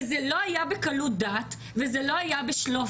זה לא היה בקלות דעת, וזה לא היה בשלוף.